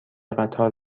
قطار